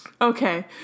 Okay